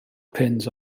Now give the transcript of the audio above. pins